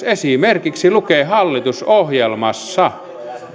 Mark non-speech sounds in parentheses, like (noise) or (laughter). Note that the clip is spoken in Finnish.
(unintelligible) esimerkiksi yrittäjävähennys lukee hallitusohjelmassa